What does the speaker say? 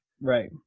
Right